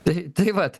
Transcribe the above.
tai tai vat